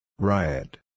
Riot